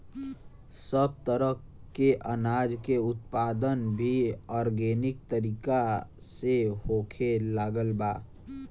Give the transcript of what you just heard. सब तरह के अनाज के उत्पादन भी आर्गेनिक तरीका से होखे लागल बा